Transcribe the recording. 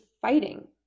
fighting